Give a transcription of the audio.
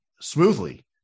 smoothly